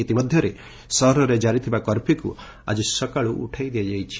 ଇତିମଧ୍ୟରେ ସହରରେ ଜାରିଥିବା କର୍ଫ୍ୟୁକ୍ ଆଜି ସକାଳୁ ଉଠାଇ ଦିଆଯାଇଛି